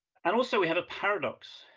and also, we have a paradox.